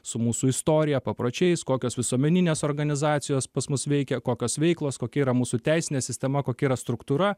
su mūsų istorija papročiais kokios visuomeninės organizacijos pas mus veikia kokios veiklos kokia yra mūsų teisinė sistema kokia yra struktūra